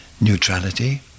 neutrality